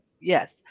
yes